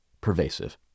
pervasive